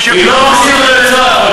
כמו שפיטרו אותך.